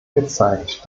gezeigt